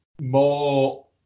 more